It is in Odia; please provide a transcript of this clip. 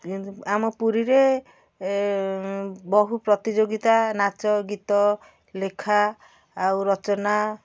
କିନ୍ତୁ ଆମ ପୁରୀରେ ବହୁ ପ୍ରତିଯୋଗିତା ନାଚ ଗୀତ ଲେଖା ଆଉ ରଚନା